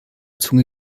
zunge